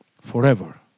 forever